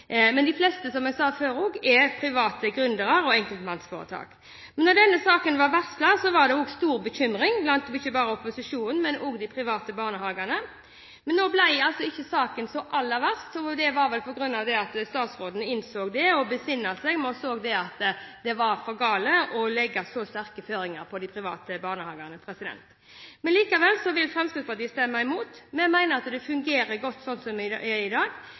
Men de fleste er, som jeg sa tidligere, private gründere og enkeltmannsforetak. Da denne saken ble varslet, var det stor bekymring ikke bare blant opposisjonen, men også i de private barnehagene. Nå ble ikke saken så aller verst, og det var vel på grunn av at statsråden besinnet seg og innså at det var for galt å legge så sterke føringer på de private barnehagene. Likevel vil Fremskrittspartiet stemme imot. Vi mener at det fungerer godt slik som det er i dag.